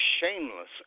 shameless